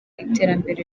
iterambere